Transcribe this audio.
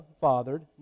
fathered